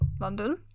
London